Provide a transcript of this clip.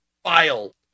File